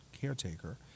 caretaker